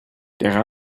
der